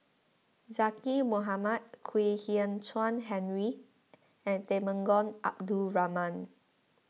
Zaqy Mohamad Kwek Hian Chuan Henry and Temenggong Abdul Rahman